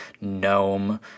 gnome